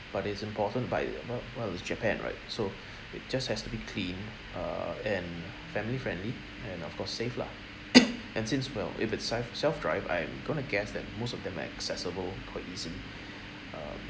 but it's important by well well it's japan right so it just has to be clean uh and family friendly and of course safe lah and since well if it's self self-drive I'm going to guess that most of them are accessible quite easily uh